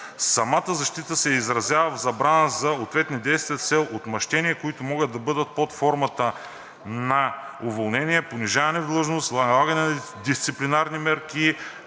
Самата защита се изразява в забрана за ответни действия с цел отмъщение, които могат да бъдат под формата на уволнение, понижаване в длъжност, налагане на дисциплинарни мерки,